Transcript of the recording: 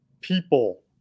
people